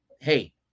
hey